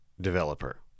developer